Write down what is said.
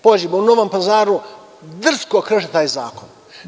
Pođimo u Novi Pazar, drsko krše taj zakon.